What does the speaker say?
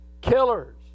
killers